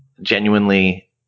genuinely